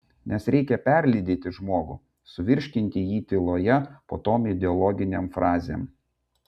nes reikia perlydyti žmogų suvirškinti jį tyloje po tom ideologinėm frazėm